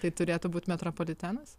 tai turėtų būt metropolitenas